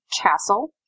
castle